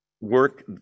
work